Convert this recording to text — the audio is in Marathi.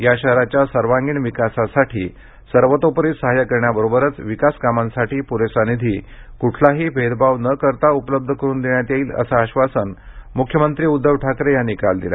या शहराच्या सर्वागिण विकासाठी सर्वोतोपरी सहाय्य करण्याबरोबरच विकास कामांसाठी प्रेसा निधी कुठलाही भेदभाव न करता उपलब्ध करुन देण्यात येईल असं आश्वासन मुख्यमंत्री उध्दव ठाकरे यांनी काल दिलं